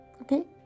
okay